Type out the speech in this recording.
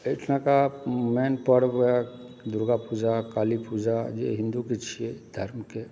एहिठुमका मेन पर्व ओएह दुर्गा पूजा काली पूजा जे हिंदूक छियै धर्मकेँ